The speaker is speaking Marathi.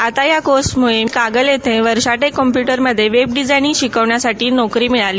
आता या कोर्समुळे कागल येथे वर्षा टेक कॉम्प्युटरमध्ये वेब डिझायनिंग शिकविण्यासाठी नोकरी मिळाली